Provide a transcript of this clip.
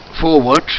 forward